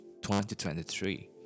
2023